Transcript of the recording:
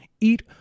eat